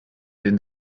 den